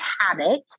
habit